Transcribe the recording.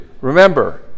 Remember